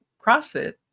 CrossFit